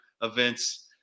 events